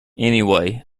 anyway